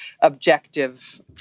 objective